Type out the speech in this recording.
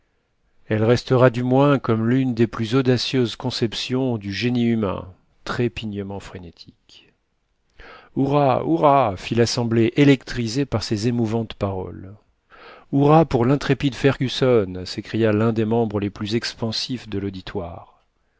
elle restera du moins comme l'un des plus audacieuses conceptions du génie humain trépignements frénétiques hourra hourra fit l'assemblée électrisée par ces émouvantes paroles hourra pour l'intrépide fergusson s'écria l'un des membres les plus expansifs de l'auditoire